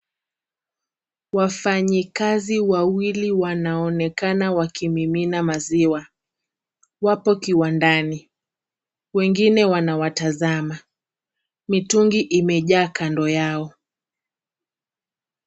Wafanyikazi wawili wanaonekana wakimimina maziwa . Wapo kiwandani. Wengine wanawatazama. Mitungi imejaa kando yao.